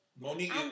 Monique